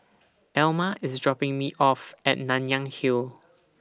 Elma IS dropping Me off At Nanyang Hill